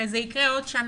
הרי זה יקרה עוד שנה.